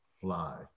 fly